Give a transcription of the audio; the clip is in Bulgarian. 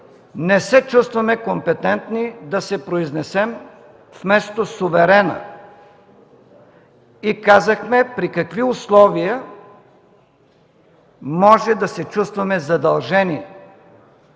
Не се чувстваме компетентни да се произнесем вместо суверена и казахме при какви условия можем да се чувстваме задължени.